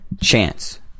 chance